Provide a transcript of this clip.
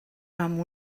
amb